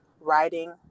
writing